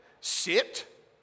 Sit